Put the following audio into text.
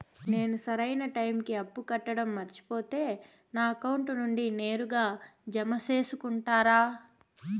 నేను సరైన టైముకి అప్పు కట్టడం మర్చిపోతే నా అకౌంట్ నుండి నేరుగా జామ సేసుకుంటారా?